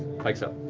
pike's up.